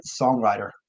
songwriter